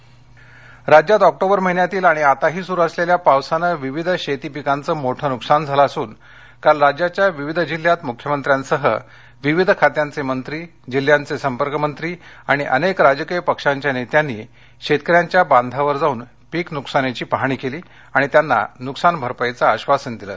पिक नकसान पाहणी राज्यात ऑक्टोबर महिन्यातील आणि आताही सुरु असलेल्या पावसानं विविध शेती पिकांचं मोठ नुकसान झालं असून काल राज्याच्या विविध जिल्ह्यात मुख्यमंत्र्यांसह विविध खात्याचे मंत्री जिल्ह्यांचे संपर्कमंत्री आणि अनेक राजकीय पक्ष्यांच्या नेत्यांनी शेतकऱ्यांच्या बांधावर जाऊन पिक नुकसानीची पाहणी केली आणि त्यांना नुकसान भरपाईचं आश्वासन दिलं